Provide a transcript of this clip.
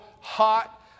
hot